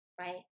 right